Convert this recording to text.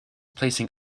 placing